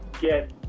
get